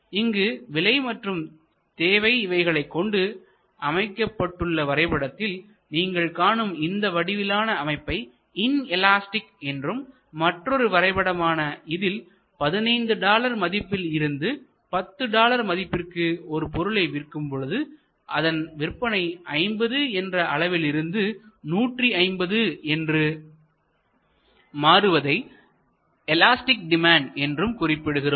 இங்கு விலை மற்றும் தேவை இவைகளைக் கொண்டு அமைக்கப்பட்டுள்ள வரைபடத்தில் நீங்கள் காணும் இந்த வடிவிலான அமைப்பை இன் எலாஸ்டிக் என்றும் மற்றொரு வரைபடமான இதில் 15 டாலர் மதிப்பில் இருந்து 10 டாலர் மதிப்பிற்கு ஒரு பொருளை விற்கும் பொழுது அதன் விற்பனை 50 என்ற அளவிலிருந்து 150 என்று மாறுவதை எலாஸ்டிக் டிமான்ட் என்றும் குறிப்பிடுகிறோம்